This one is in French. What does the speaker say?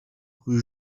rue